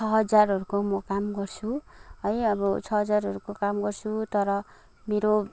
छ हजारहरूको म काम गर्छु है अब छ हजारहरूको काम गर्छु तर मेरो